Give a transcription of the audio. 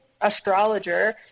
astrologer